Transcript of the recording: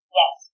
yes